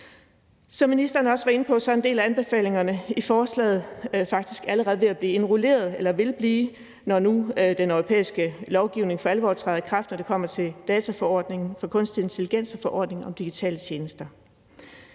ministeren også var inde på, er en del af anbefalingerne i forslaget faktisk allerede ved at blive udrullet, eller vil blive det, når nu den europæiske lovgivning for alvor træder i kraft i forbindelse med dataforordningen om kunstig intelligens og forordningen om digitale tjenester.